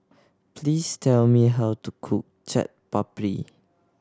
please tell me how to cook Chaat Papri